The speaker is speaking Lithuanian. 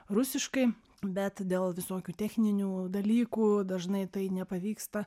rusiškai bet dėl visokių techninių dalykų dažnai tai nepavyksta